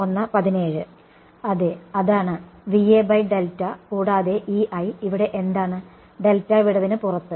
അതെ അതാണ് കൂടാതെ ഇവിടെ എന്താണ് ഡെൽറ്റ വിടവിന് പുറത്ത്